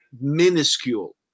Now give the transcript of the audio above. minuscule